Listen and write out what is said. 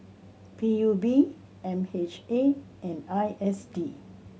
P U B M H A and I S D